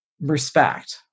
respect